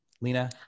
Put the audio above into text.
Lena